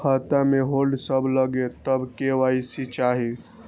खाता में होल्ड सब लगे तब के.वाई.सी चाहि?